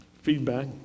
feedback